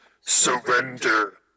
surrender